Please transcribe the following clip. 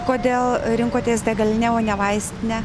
kodėl rinkotės degalinę o ne vaistinę